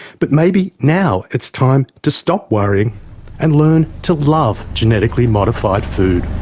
but maybe now it's time to stop worrying and learn to love genetically-modified food.